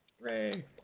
Ray